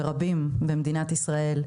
ורבים אחרים במדינת ישראל,